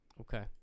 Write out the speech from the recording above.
Okay